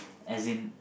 as in